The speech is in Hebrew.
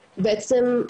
שבעצם,